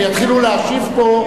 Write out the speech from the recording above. אם יתחילו להשיב פה,